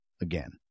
Again